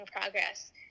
progress